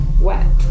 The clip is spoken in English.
Wet